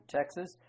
Texas